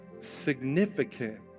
significant